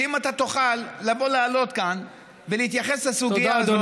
שאם אתה תוכל לבוא לעלות כאן ולהתייחס לסוגיה הזאת,